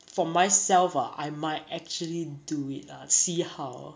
for myself ah I might actually do it ah see how